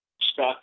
stuck